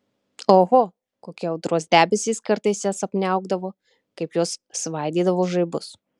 oho kokie audros debesys kartais jas apniaukdavo kaip jos svaidydavo žaibus